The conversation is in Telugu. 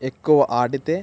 ఎక్కువ ఆడితే